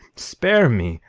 spare me,